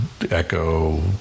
echo